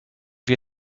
wir